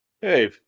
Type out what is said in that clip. hey